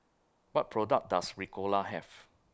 What products Does Ricola Have